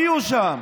לא תהיו שם.